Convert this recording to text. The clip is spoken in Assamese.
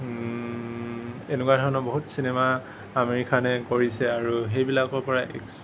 এনেকুৱা ধৰণৰ বহুত চিনেমা আমিৰ খানে কৰিছে আৰু সেইবিলাকৰ পৰা